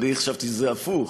אני חשבתי שזה הפוך.